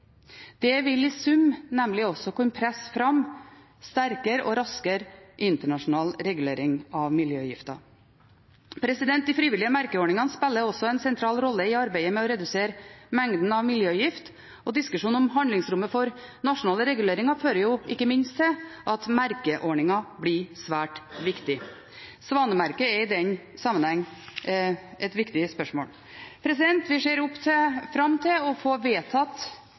Det vil i sum nemlig også kunne presse fram sterkere og raskere internasjonal regulering av miljøgifter. De frivillige merkeordningene spiller også en sentral rolle i arbeidet med å redusere mengden av miljøgift, og diskusjonen om handlingsrommet for nasjonale reguleringer fører ikke minst til at merkeordningene blir svært viktige. Svanemerket er i den sammenheng et viktig spørsmål. Vi ser fram til å få vedtatt